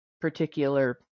particular